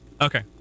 Okay